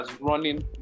running